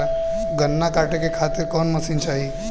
गन्ना कांटेके खातीर कवन मशीन चाही?